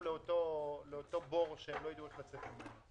לאותו בור שלא יידעו איך לצאת ממנו.